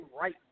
right